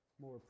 more